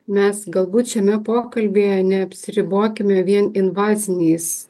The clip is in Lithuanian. mes galbūt šiame pokalbyje neapsiribokime vien invaziniais